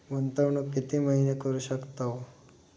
गुंतवणूक किती महिने करू शकतव?